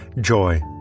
joy